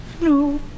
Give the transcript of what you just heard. no